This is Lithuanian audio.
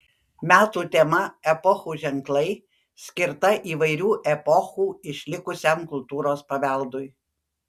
metų tema epochų ženklai skirta įvairių epochų išlikusiam kultūros paveldui